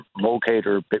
locator